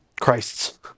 Christ's